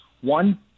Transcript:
One